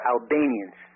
Albanians